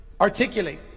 articulate